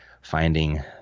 finding